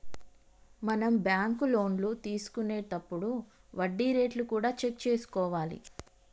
మనం బ్యాంకు లోన్లు తీసుకొనేతప్పుడు వడ్డీ రేట్లు కూడా చెక్ చేసుకోవాలి